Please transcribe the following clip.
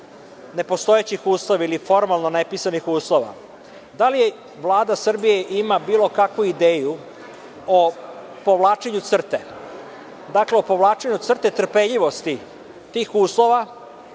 nepostojećih uslova ili formalno nepisanih uslova, da li Vlada Srbije ima bilo kakvu ideju o povlačenju crte, o povlačenju crte trpeljivosti tih uslova